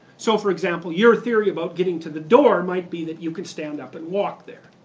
so for example, your theory about getting to the door might be that you can stand up and walk there,